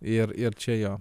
ir ir čia jo